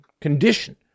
condition